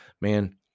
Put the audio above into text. man